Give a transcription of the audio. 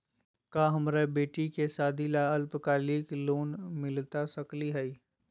का हमरा बेटी के सादी ला अल्पकालिक लोन मिलता सकली हई?